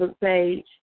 page